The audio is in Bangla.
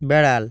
বেড়াল